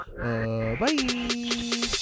bye